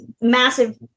massive